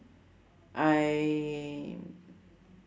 I